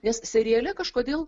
nes seriale kažkodėl